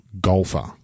golfer